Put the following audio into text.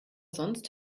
sonst